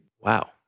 Wow